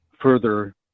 further